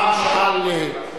חבר הכנסת יעקב כץ.